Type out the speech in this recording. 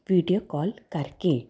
video call ਕਰਕੇ